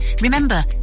Remember